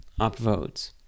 upvotes